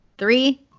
Three